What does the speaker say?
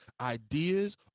Ideas